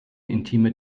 intime